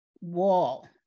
wall